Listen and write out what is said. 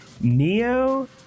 Neo